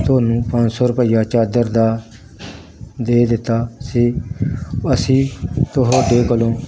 ਤੁਹਾਨੂੰ ਪੰਜ ਸੌ ਰੁਪਈਆ ਚਾਦਰ ਦਾ ਦੇ ਦਿੱਤਾ ਸੀ ਅਸੀਂ ਤੁਹਾਡੇ ਕੋਲੋਂ